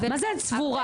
מה זה את סבורה?